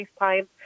FaceTime